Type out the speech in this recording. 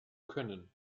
können